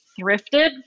thrifted